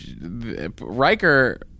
Riker